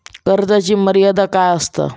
कर्जाची मर्यादा काय असता?